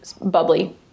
bubbly